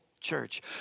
Church